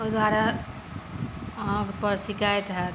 ओहि दुआरे अहाँकेँ शिकायत होयत